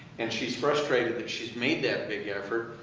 and she's frustrated that she's made that big effort,